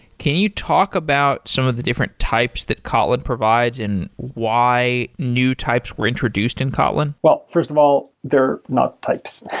can you talk about some of the different types that kotlin provides and why new types were introduced in kotlin? first of all, they're not types.